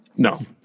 No